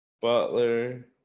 Butler